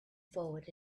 forward